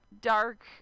dark